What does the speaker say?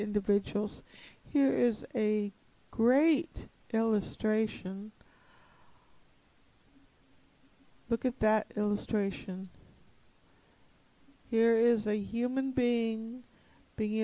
individuals here is a great illustration because that illustration here is a human being being